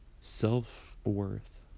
self-worth